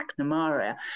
McNamara